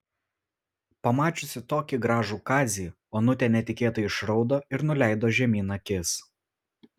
pamačiusi tokį gražų kazį onutė netikėtai išraudo ir nuleido žemyn akis